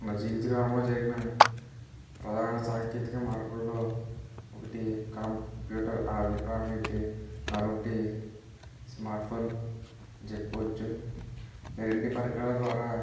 నా జీవితకాలంలో జరిగిన ప్రధాన సాంకేతిక మార్పులలో ఒకటి కంప్యూటర్ ఆవిష్కరణ అయితే మరొకటి స్మార్ట్ ఫోన్ అని చెప్పుకోవచ్చు ఈ రెండు పరికరాల ద్వారా